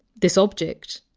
this object,